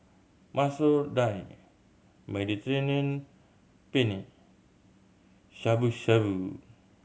Masoor Dal Mediterranean Penne Shabu Shabu